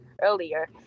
earlier